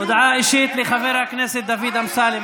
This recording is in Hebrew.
הודעה אישית של חבר הכנסת דוד אמסלם,